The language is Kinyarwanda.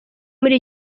muri